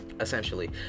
essentially